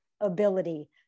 ability